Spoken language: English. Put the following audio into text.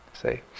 Say